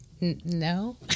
No